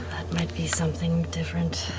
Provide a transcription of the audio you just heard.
might be something different.